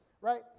right